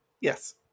Yes